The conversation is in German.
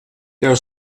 der